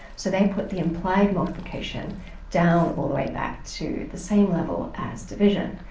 so they put the implied multiplication down all the way back to the same level as division.